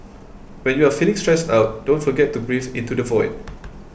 when you are feeling stressed out don't forget to breathe into the void